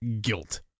guilt